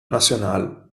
national